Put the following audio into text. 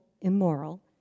immoral